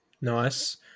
Nice